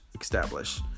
establish